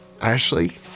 Ashley